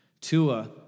Tua